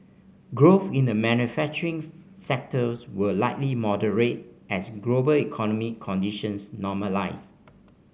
growth in the manufacturing sectors will likely moderate as global economic conditions normalise